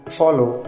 follow